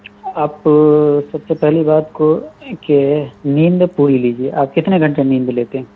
آپ سب سے پہلی بات کو کہ نیند پوری لیجئے آپ کتنے گھنٹے نیند لیتے ہیں